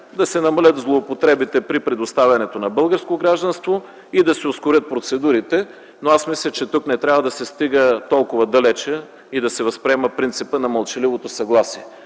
да се намалят злоупотребите при предоставянето на българско гражданство и да се ускорят процедурите. Мисля, че тук не трябва да се стига толкова далеч и да се възприема принципът на мълчаливото съгласие.